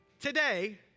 Today